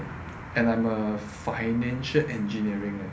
and I'm a financial engineering eh